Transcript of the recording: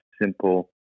simple